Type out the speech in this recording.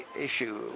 issue